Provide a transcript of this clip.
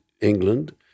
England